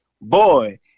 boy